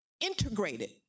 integrated